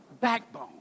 backbone